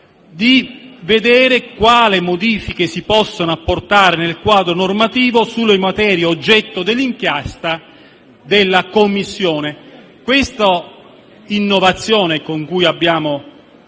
di vedere quali modifiche si possano apportare nel quadro normativo sulle materie oggetto dell'inchiesta della Commissione. Questa innovazione con cui abbiamo